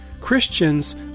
Christians